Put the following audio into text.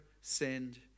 send